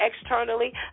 externally